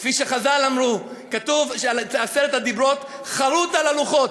כפי שחז"ל אמרו: כתוב על עשרת הדיברות "חַרות על הלחות",